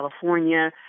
California